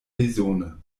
bezone